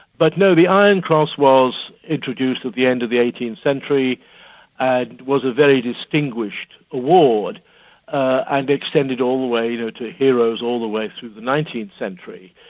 but, no, the iron cross was introduced at the end of the eighteenth century and was a very distinguished award and extended all the way to to heroes, all the way through the nineteenth century.